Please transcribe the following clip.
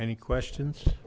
any questions